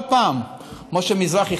משה מזרחי,